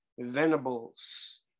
Venables